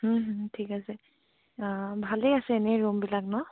ঠিক আছে ভালেই আছে এনেই ৰুমবিলাক ন